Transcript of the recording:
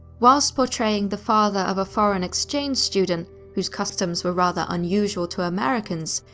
whilst portraying the father of a foreign exchange student whose customs were rather unusual to americans,